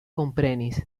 komprenis